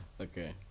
Okay